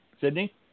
Sydney